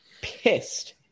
pissed